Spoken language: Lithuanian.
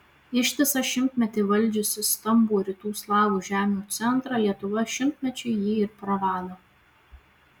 ištisą šimtmetį valdžiusi stambų rytų slavų žemių centrą lietuva šimtmečiui jį ir prarado